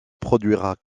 produira